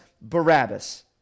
Barabbas